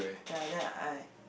ya then I